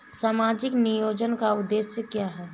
सामाजिक नियोजन का उद्देश्य क्या है?